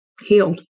healed